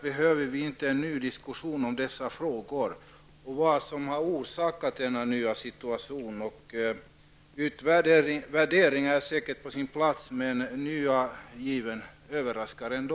Behöver vi inte en diskussion om dessa frågor och om vad som har orsakat denna nya situation? Utvärderingar är säkert på sin plats. Men den nya given överraskar ändå.